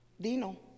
Dino